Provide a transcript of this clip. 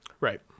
Right